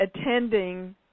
attending